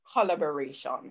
collaboration